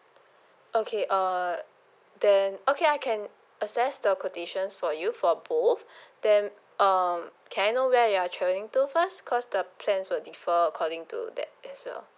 okay uh then okay I can assess the quotations for you for both then um can I know where you are travelling to first cause the plans will differ according to that as well